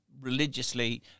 religiously